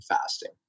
fasting